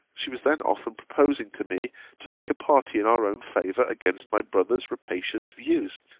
she was then often proposing to me to make a party in our own favour against my brother's rapacious views,